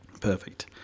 Perfect